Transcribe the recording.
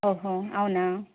ఓహో అవునా